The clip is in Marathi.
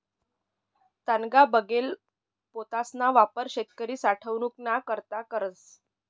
तागना बनेल पोतासना वापर शेतकरी साठवनूक ना करता करस